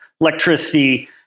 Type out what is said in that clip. electricity